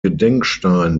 gedenkstein